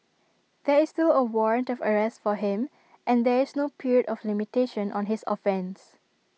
there is still A warrant of arrest for him and there is no period of limitation on his offence